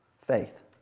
faith